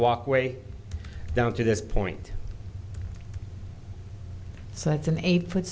walkway down to this point so that's an eight foot